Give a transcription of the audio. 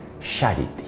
charity